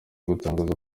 gutangaza